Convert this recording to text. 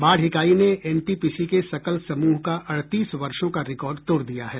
बाढ़ इकाई ने एनटीपीसी के सकल समूह का अड़तीस वर्षों का रिकॉर्ड तोड़ दिया है